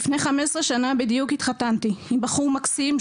לפני 15 שנה בדיוק התחתנתי עם בחור מקסים,